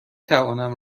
توانم